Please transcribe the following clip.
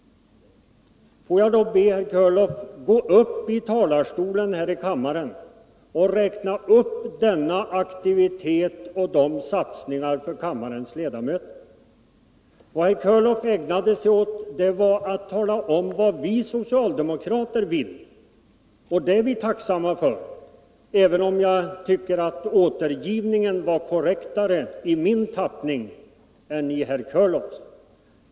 Får jag då be herr Körlof att gå upp i talarstolen här i kammaren och för kammarens ledamöter redogöra för denna aktivitet och dessa satsningar. Vad herr Körlof ägnade sig åt var att tala om vad vi socialdemokrater vill och det är vi tacksamma för, även om jag tycker att återgivningen var mer korrekt i min tappning än i herr Körlofs.